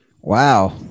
wow